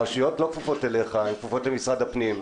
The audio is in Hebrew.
הרשויות לא כפופות אליך, הן כפופות למשרד הפנים.